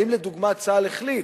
האם, לדוגמה, צה"ל החליט